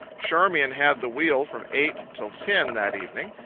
charmian had the wheel from eight till ten that evening.